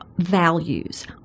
values